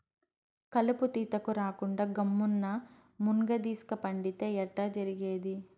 కలుపు తీతకు రాకుండా గమ్మున్న మున్గదీస్క పండితే ఎట్టా జరిగేది